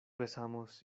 besamos